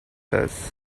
this